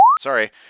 sorry